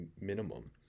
minimum